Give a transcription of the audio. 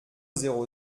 zéro